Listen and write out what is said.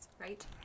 right